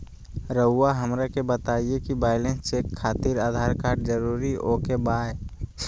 रउआ हमरा के बताए कि बैलेंस चेक खातिर आधार कार्ड जरूर ओके बाय?